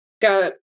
Got